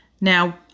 Now